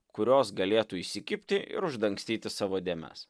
kurios galėtų įsikibti ir uždangstyti savo dėmes